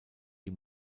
die